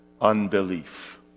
unbelief